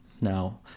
Now